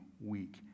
week